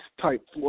type